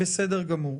בסדר גמור.